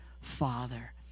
Father